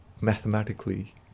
mathematically